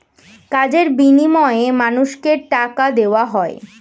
কাজের বিনিময়ে মানুষকে টাকা দেওয়া হয়